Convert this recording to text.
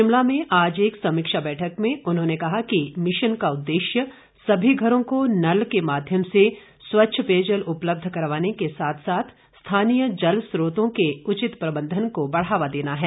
शिमला में आज एक समीक्षा बैठक में उन्होंने कहा कि मिशन का उद्देश्य सभी घरों को नल के माध्यम से स्वच्छ पेयजल उपलब्ध करवाने के साथ साथ स्थानीय जल स्त्रोतों के उचित प्रबंधन को बढ़ावा देना है